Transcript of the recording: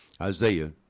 Isaiah